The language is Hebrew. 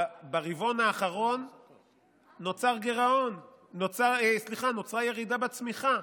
ברבעון האחרון נוצרה ירידה בצמיחה,